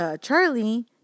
Charlie